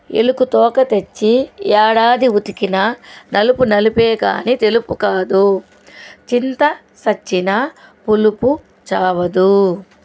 ఎలుక తోక తెచ్చి ఏడాది ఉతికినా నలుపు నలుపే కాని తెలుపు కాదు చింత చచ్చినా పులుపు చావదు